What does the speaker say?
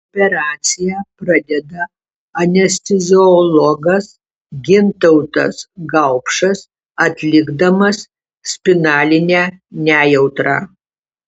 operaciją pradeda anesteziologas gintautas gaupšas atlikdamas spinalinę nejautrą